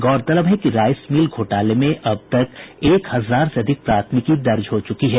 गौरतलब है कि राइस मिल घोटाले में अब तक एक हजार से अधिक प्राथमिकी दर्ज हो चुकी है